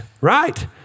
right